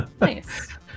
nice